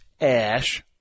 Ash